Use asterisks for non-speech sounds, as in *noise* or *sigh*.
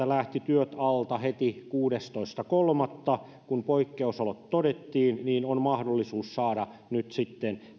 *unintelligible* lähtivät työt alta heti kuudestoista kolmatta kun poikkeusolot todettiin on mahdollisuus saada nyt sitten